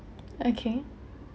okay